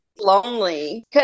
Lonely